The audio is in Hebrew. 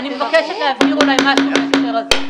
אני מבקשת להבהיר משהו בהקשר הזה.